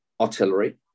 artillery